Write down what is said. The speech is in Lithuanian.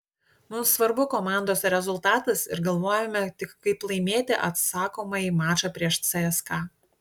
mums svarbu komandos rezultatas ir galvojame tik kaip laimėti atsakomąjį mačą prieš cska